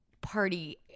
party